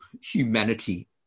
humanity